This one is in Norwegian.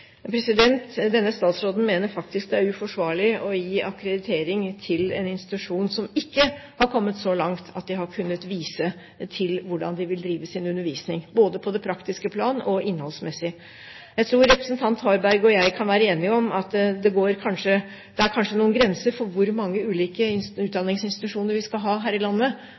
Denne statsråden mener faktisk det er uforsvarlig å gi akkreditering til en institusjon som ikke har kommet så langt at de har kunnet vise til hvordan de vil drive sin undervisning – både på det praktiske plan og innholdsmessig. Jeg tror representanten Harberg og jeg kan være enige om at det kanskje går noen grenser for hvor mange ulike utdanningsinstitusjoner vi skal ha her i landet,